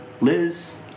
Liz